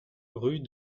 rue